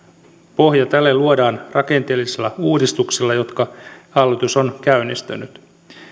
pohja tälle luodaan rakenteellisilla uudistuksilla jotka hallitus on käynnistänyt